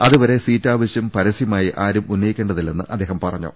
അതുവരെ സീറ്റ് ആവശ്യം പരസ്യമായി ആരും ഉന്നയിക്കേണ്ടതില്ലെന്ന് അദ്ദേഹം പറ ഞ്ഞു